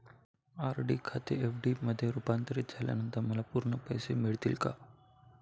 RD खाते FD मध्ये रुपांतरित झाल्यानंतर मला पूर्ण पैसे मिळतील का?